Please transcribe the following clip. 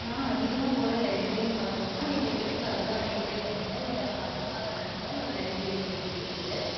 நான் அதிகமாக போகிற லைப்ரரின்னு பார்த்தோம்னா எங்கள் வீட்டுக்கு அருகாமைலேயே வந்துகிட்டு ஒரு அரசாங்க நடத்துகிர ஒரு லைப்ரரி வந்துகிட்டு இருக்குது